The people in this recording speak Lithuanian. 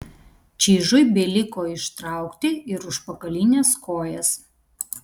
čižui beliko ištraukti ir užpakalines kojas